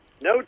No